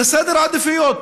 זה סדר עדיפויות,